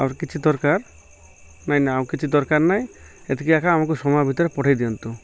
ଆହୁରି କିଛି ଦରକାର ନାଇଁ ନାଇଁ ଆଉ କିଛି ଦରକାର ନାଇଁ ଏତିକି ଏକା ଆମକୁ ସମୟ ଭିତରେ ପଠେଇ ଦିଅନ୍ତୁ